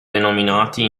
denominati